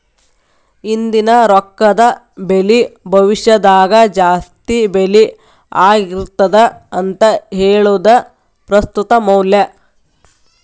ಇಂದಿನ ರೊಕ್ಕದ ಬೆಲಿ ಭವಿಷ್ಯದಾಗ ಜಾಸ್ತಿ ಬೆಲಿ ಆಗಿರ್ತದ ಅಂತ ಹೇಳುದ ಪ್ರಸ್ತುತ ಮೌಲ್ಯ